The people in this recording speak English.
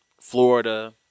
Florida